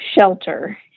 shelter